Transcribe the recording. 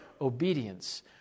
obedience